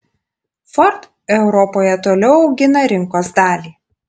ford europoje toliau augina rinkos dalį